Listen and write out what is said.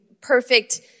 perfect